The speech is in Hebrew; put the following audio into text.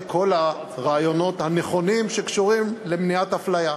כל הרעיונות הנכונים שקשורים למניעת אפליה.